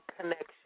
connection